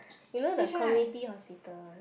you know the community hospital